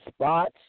spots